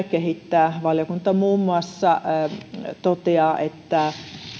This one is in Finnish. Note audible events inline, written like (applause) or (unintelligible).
(unintelligible) kehittää valiokunta muun muassa toteaa että